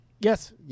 Yes